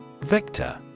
Vector